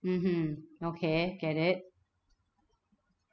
mmhmm okay get it